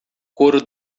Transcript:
coro